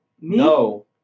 no